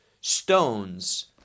stones